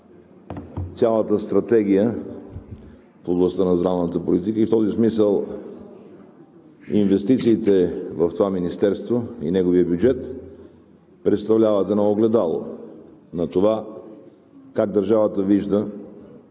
цялата стратегия в областта на здравната политика. И в този смисъл инвестициите в това министерство и неговият бюджет представляват едно огледало на това как държавата вижда